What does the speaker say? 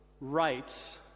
rights